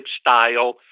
style